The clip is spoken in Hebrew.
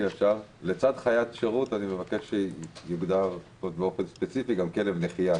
לצד חיית שירות אני מבקש שיוגדר באופן ספציפי גם כלב נחייה.